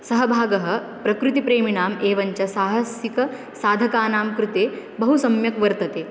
सः भागः प्रकृतिप्रेमिणाम् एवञ्च साहसिकसाधकानां कृते बहु सम्यक् वर्तते